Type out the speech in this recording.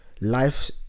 life